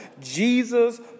Jesus